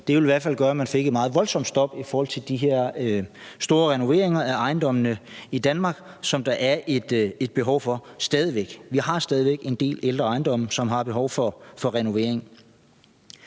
Det ville i hvert fald gøre, at man fik et meget voldsomt stop i forhold til de her renoveringer af ejendomme i Danmark, som der er et behov for stadig væk – vi har stadig væk en del ældre ejendomme, som har behov for renovering.